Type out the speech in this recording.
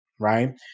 right